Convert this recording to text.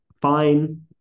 fine